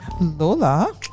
Lola